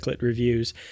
Reviews